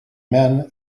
men